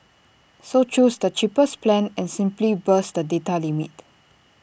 so choose the cheapest plan and simply bust the data limit